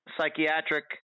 psychiatric